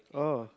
oh